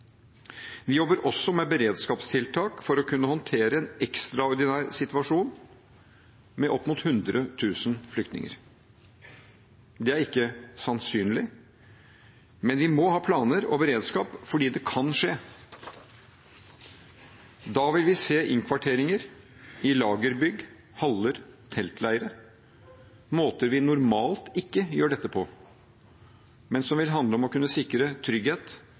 Vi jobber også med beredskapstiltak for å kunne håndtere en ekstraordinær situasjon med opp mot 100 000 flyktninger. Det er ikke sannsynlig, men vi må ha planer og beredskap fordi det kan skje. Da vil vi se innkvarteringer i lagerbygg, haller, teltleire, måter vi normalt ikke gjør dette på, men som vil handle om å kunne sikre trygghet